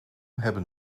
hebben